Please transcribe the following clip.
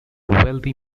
wealthy